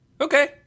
Okay